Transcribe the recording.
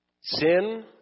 Sin